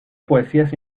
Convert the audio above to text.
poesías